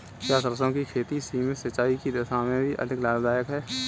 क्या सरसों की खेती सीमित सिंचाई की दशा में भी अधिक लाभदायक फसल है?